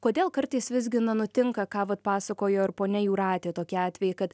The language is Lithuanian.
kodėl kartais visgi na nutinka ką vat pasakojo ir ponia jūratė tokie atvejai kad